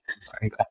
Sorry